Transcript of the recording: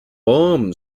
boom